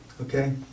Okay